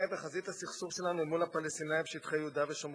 בחזית הסכסוך שלנו אל מול הפלסטינים בשטחי יהודה ושומרון,